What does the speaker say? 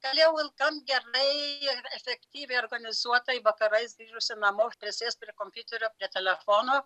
galėjau gan gerai efektyviai organizuotai vakarais grįžusi namo prisės prie kompiuterio prie telefono